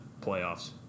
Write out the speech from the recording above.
playoffs